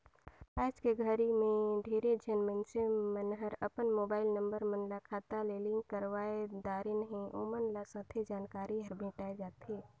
आइज के घरी मे ढेरे झन मइनसे मन हर अपन मुबाईल नंबर मन ल खाता ले लिंक करवाये दारेन है, ओमन ल सथे जानकारी हर भेंटाये जाथें